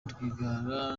rwigara